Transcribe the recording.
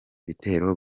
bitero